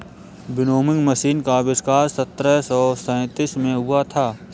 winnowing machine का आविष्कार सत्रह सौ सैंतीस में हुआ था